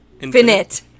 Infinite